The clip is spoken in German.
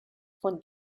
von